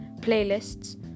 playlists